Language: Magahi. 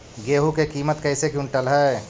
गेहू के किमत कैसे क्विंटल है?